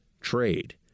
trade